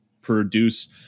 produce